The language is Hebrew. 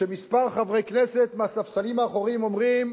שכמה חברי כנסת מהספסלים האחוריים אומרים: